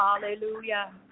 Hallelujah